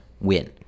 win